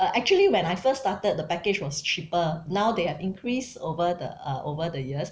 uh actually when I first started the package was cheaper now they have increased over the uh over the years